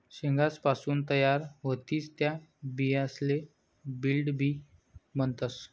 शेंगासपासून तयार व्हतीस त्या बियासले फील्ड बी म्हणतस